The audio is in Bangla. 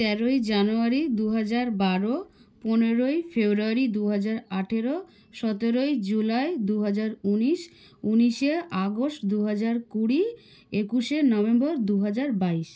তেরোই জানুয়ারি দু হাজার বারো পনেরোই ফেব্রুয়ারি দু হাজার আঠেরো সতেরোই জুলাই দু হাজার উনিশ উনিশে আগস্ট দু হাজার কুড়ি একুশে নভেম্বর দু হাজার বাইশ